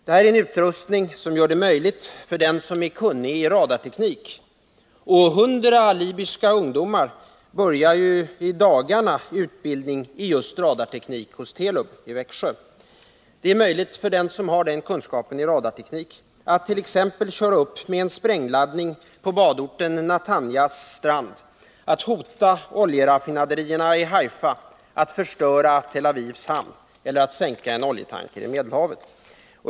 Denna utrustning gör det möjligt för den som är kunnig i radarteknik — och 100 libyska ungdomar börjar i dagarna utbildning i just radarteknik hos 53 Telub i Växjö — att t.ex. köra upp med en sprängladdning på badorten Natanyas strand, att hota oljeraffinaderierna i Haifa, att förstöra Tel Avivs hamn eller att sänka en oljetanker i Medelhavet.